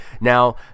Now